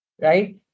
right